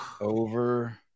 Over